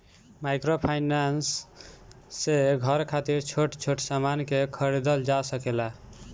microfinance से घर खातिर छोट छोट सामान के खरीदल जा सकेला